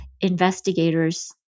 investigators